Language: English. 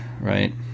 Right